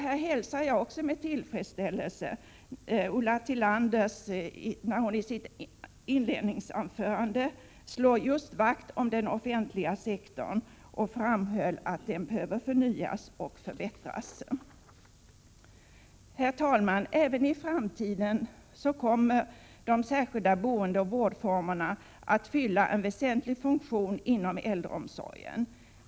Här hälsar jag med tillfredsställelse att Ulla Tillander i sitt inledningsanförande slog vakt om den offentliga sektorn och framhöll att den behöver förnyas och förbättras. Herr talman! Även i framtiden kommer de särskilda boendeoch vårdformerna att fylla en väsentlig funktion inom äldreomsorgen.